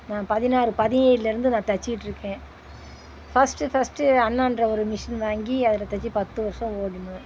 நான் பதினாறு பதினேழுலேருந்து நான் தச்சிட்ருக்கேன் ஃபர்ஸ்ட்டு ஃபர்ஸ்ட்டு அண்ணான்ற ஒரு மிஷின் வாங்கி அதில் தைச்சி பத்து வருஷம் ஓட்டினேன்